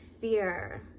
fear